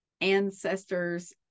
ancestors